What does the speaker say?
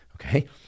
okay